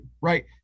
right